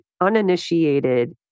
uninitiated